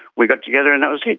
we got together and that was it.